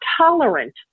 tolerant